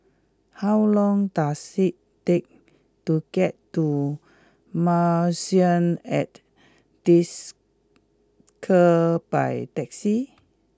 how long does it take to get to Marrison at Desker by taxi